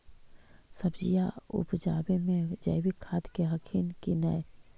सब्जिया उपजाबे मे जैवीक खाद दे हखिन की नैय?